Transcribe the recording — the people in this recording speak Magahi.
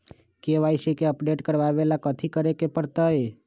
के.वाई.सी के अपडेट करवावेला कथि करें के परतई?